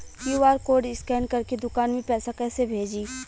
QR code scan करके दुकान में पैसा कइसे भेजी?